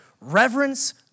reverence